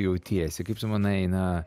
jautiesi kaip tu manai na